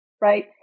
right